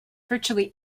virtually